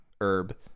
herb